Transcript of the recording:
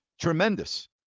Tremendous